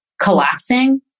collapsing